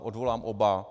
Odvolám oba.